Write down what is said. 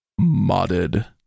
Modded